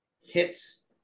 hits